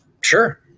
Sure